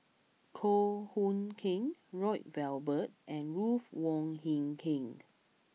Goh Hood Keng Lloyd Valberg and Ruth Wong Hie King